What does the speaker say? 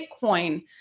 Bitcoin